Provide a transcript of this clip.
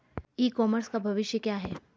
ई commerce का भविष्य क्या है?